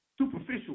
superficial